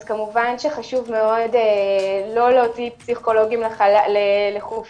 אז כמובן שחשוב מאוד לא להוציא פסיכולוגים לחופשות,